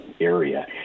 area